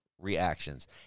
reactions